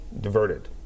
diverted